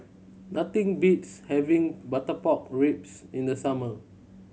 nothing beats having butter pork ribs in the summer